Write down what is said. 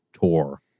tour